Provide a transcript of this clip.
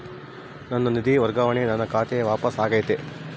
ನನ್ನ ನಿಧಿ ವರ್ಗಾವಣೆಯು ನನ್ನ ಖಾತೆಗೆ ವಾಪಸ್ ಆಗೈತಿ